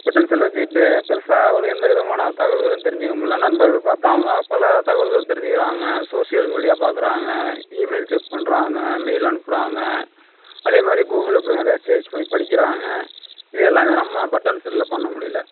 button செல்லை வைச்சிக்கிட்டு பெருசாக ஒரு எந்த விதமான தகவல்களும் தெரிஞ்சுக்கமுல்ல நண்பர்கள் பார்த்தா அவங்க பல தகவல்கள் தெரிஞ்சுக்கிறாங்க சோஷியல் மீடியா பார்க்கறாங்க ஈமெயில் செக் பண்ணுறாங்க மெயில் அனுப்புறாங்க அதேமாதிரி கூகுளில் போய் நிறையா சேர்ச் பண்ணி படிக்கிறாங்க இது எல்லாமே நம்ம பட்டன் செல்லில் பண்ண முடியல